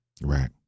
right